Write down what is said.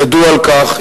ידעו על כך,